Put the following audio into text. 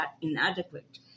inadequate